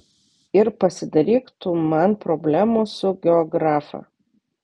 ir pasidaryk tu man problemų su geografa